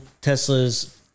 Tesla's